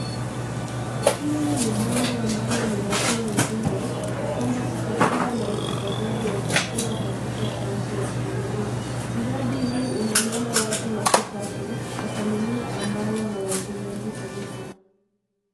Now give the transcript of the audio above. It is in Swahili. Hili ni bango ambalo linatoa ujumbe ya kwamba kutakua na usambazaji wa chakula katika kaunti ya Kiambu. Mradi huu unalenga watu laki tatu wa familia ambayo hawajiwezi kabisa.